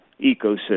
ecosystem